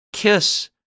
Kiss